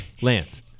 Lance